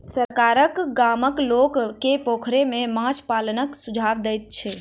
सरकार गामक लोक के पोखैर में माछ पालनक सुझाव दैत छै